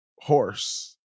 horse